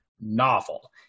novel